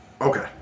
Okay